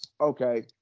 okay